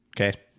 okay